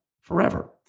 forever